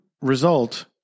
result